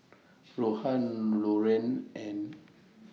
Rohan Loren and